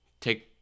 take